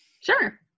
Sure